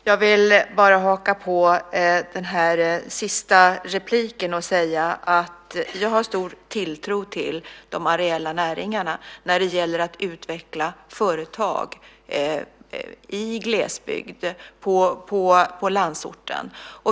Fru talman! Jag vill haka på den sista repliken och säga att jag har stor tilltro till de areella näringarna när det gäller att utveckla företag i glesbygd och på landsorten.